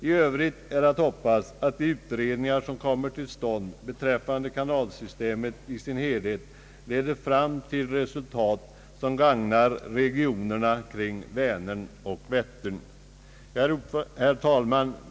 I övrigt hoppas jag att de utredningar som kommer till stånd beträffande kanalsystemet i dess helhet leder kanalledens kapacitet och därvidlag en starkt positiv fram till resultat som gagnar regionerna kring Vänern och Vättern. Herr talman!